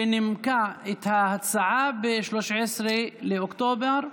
שנימקה את ההצעה ב-13 באוקטובר,